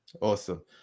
Awesome